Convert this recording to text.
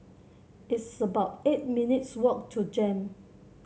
it's about eight minutes' walk to JEM